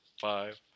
five